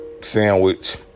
sandwich